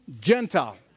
Gentile